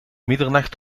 middernacht